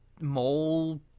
mole